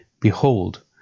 Behold